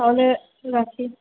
তাহলে রাখি